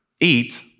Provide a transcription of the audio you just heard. eat